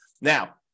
now